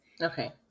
Okay